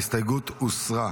ההסתייגות הוסרה.